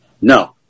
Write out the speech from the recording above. No